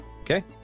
Okay